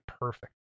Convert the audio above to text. perfect